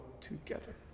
together